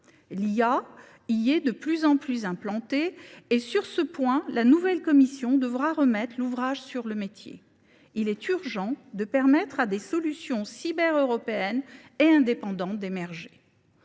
l’IA est de plus en plus implantée dans ce domaine, la nouvelle Commission devra remettre l’ouvrage sur le métier. Il est urgent de permettre l’émergence de solutions cybereuropéennes et indépendantes. De même,